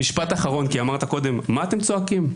אמרת קודם מה אתם צועקים?